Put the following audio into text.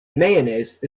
mayonnaise